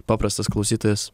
paprastas klausytojas